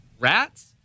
rats